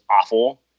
awful